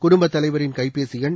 குடும்பத் தலைவரின் கைபேசி எண்